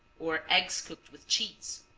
or eggs cooked with cheese.